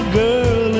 girl